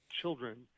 children